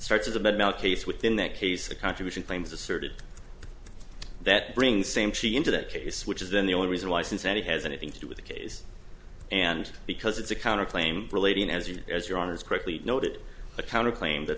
case within that case the contribution claims asserted that brings same she into that case which is then the only reason why cincinnati has anything to do with the case and because it's a counterclaim relating as you as your honour's quickly noted a counter claim that